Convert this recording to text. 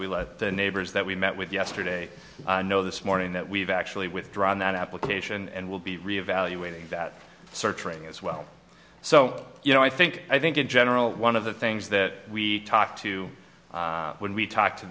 we let the neighbors that we met with yesterday know this morning that we've actually withdrawn that application and will be reevaluating that surgery as well so you know i think i think in general one of the things that we talked to when we talked to